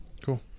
cool